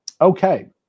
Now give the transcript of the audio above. Okay